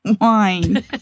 wine